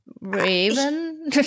Raven